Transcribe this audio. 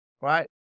right